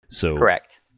Correct